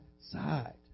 side